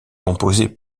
composée